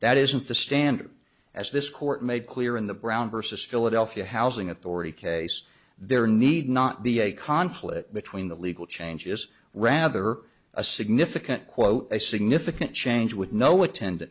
that isn't the standard as this court made clear in the brown versus philadelphia housing authority case there need not be a conflict between the legal changes rather a significant quote a significant change with no attendan